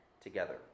together